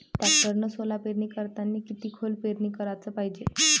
टॅक्टरनं सोला पेरनी करतांनी किती खोल पेरनी कराच पायजे?